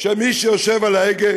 שמי שיושבים על ההגה